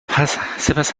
سپس